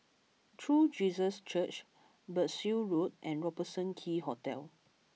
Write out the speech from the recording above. True Jesus Church Berkshire Road and Robertson Quay Hotel